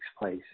place